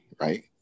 right